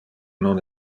non